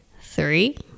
Three